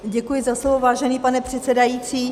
Děkuji za slovo, vážený pane předsedající.